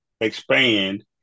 expand